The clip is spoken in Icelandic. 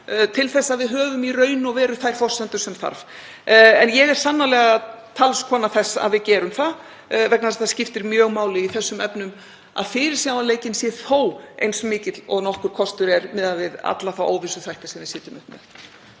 til að við höfum þær forsendur sem þarf. En ég er sannarlega talskona þess að við gerum það. Það skiptir mjög máli í þessum efnum að fyrirsjáanleikinn sé þó eins mikill og nokkur kostur er miðað við alla þá óvissuþætti sem við sitjum uppi með.